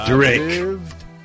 Drake